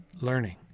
learning